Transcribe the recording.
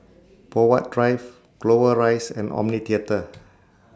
Poh Huat Drive Clover Rise and Omni Theatre